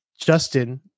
justin